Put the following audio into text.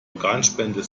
organspende